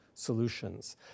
Solutions